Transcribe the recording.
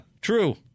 true